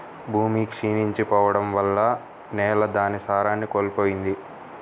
భూమి క్షీణించి పోడం వల్ల నేల దాని సారాన్ని కోల్పోయిద్ది